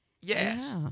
Yes